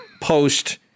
post